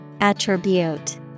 Attribute